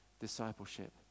discipleship